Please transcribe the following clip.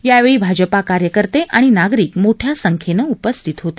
यावेळी भाजपा कार्यकर्ते आणि नागरीक मोठ्या संख्येनं उपस्थित होते